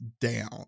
down